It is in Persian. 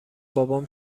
بابام